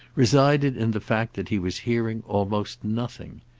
resided in the fact that he was hearing almost nothing.